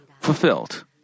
fulfilled